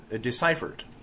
Deciphered